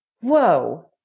whoa